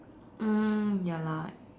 um ya lah